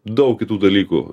daug kitų dalykų